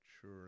sure